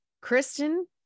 Kristen